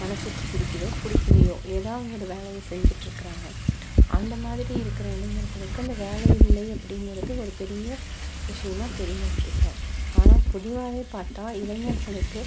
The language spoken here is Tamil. மனதுக்கு பிடிக்கிதோ பிடிக்கிலையோ ஏதாவது ஒரு வேலையை செஞ்சிட்டுருக்குறாங்க அந்த மாதிரி இருக்கிற இளைஞர்களுக்கு இந்த வேலை இல்லை அப்படிங்கிறது ஒரு பெரிய விஷயமா தெரியுறதில்லை ஆனால் பொதுவாக பார்த்தா இளைஞர்களுக்கு